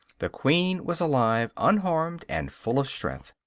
the queen was alive, unharmed and full of strength.